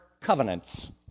covenants